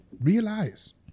realize